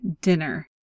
dinner